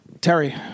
Terry